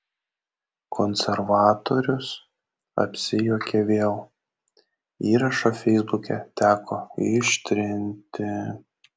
konservatorius apsijuokė vėl įrašą feisbuke teko ištrinti